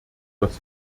das